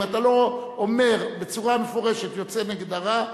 אם אתה לא אומר בצורה מפורשת, יוצא נגד הרע,